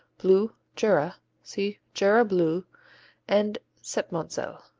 blue, jura see jura bleu and septmoncel.